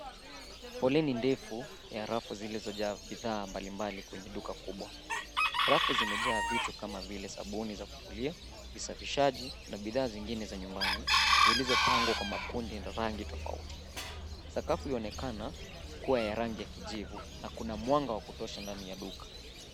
Foleni defu ya rafu zilizojaa bidhaa mbalimbali kwenye duka kubwa. Rafu zimejaa vitu kama vile sabuni za kufulia, visafishaji na bidhaa zingine za nyumbani zilizopangwa kwa makundi na rangi tofauti .Sakafu yaonekana kuwa ya rangi ya kijivu na kuna mwanga wa kutosha ndani ya duka.